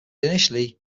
initially